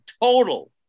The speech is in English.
total